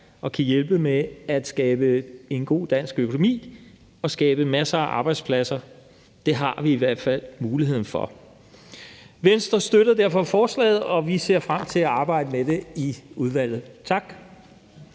og kan hjælpe med at skabe en god dansk økonomi og masser af arbejdspladser. Det har vi i hvert fald muligheden for. Venstre støtter derfor forslaget, og vi ser frem til at arbejde med det i udvalget. Tak.